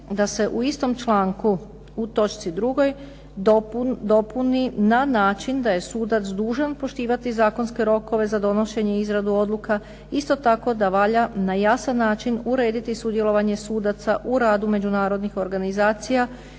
da se u istom članku u točci drugoj dopuni na način da je sudac dužan poštivati zakonske rokove za donošenje i izradu odluka. Isto tako, da valja na jasan način urediti sudjelovanje sudaca u radu međunarodnih organizacija